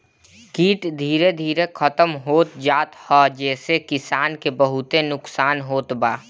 कीट धीरे धीरे खतम होत जात ह जेसे किसान के बहुते नुकसान होत बा